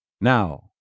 Now